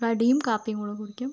കടിയും കാപ്പിയും കൂടെ കുടിക്കും